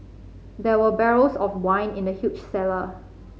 there were barrels of wine in the huge cellar